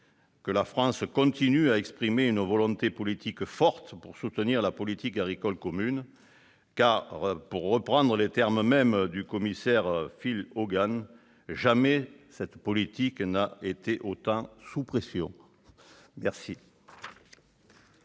que la France continue à exprimer une volonté politique forte pour soutenir la politique agricole commune, car, pour reprendre les termes du commissaire Phil Hogan, « jamais cette politique n'a été autant sous pression ».